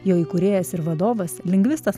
jo įkūrėjas ir vadovas lingvistas